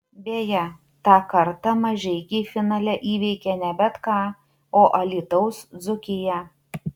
beje tą kartą mažeikiai finale įveikė ne bet ką o alytaus dzūkiją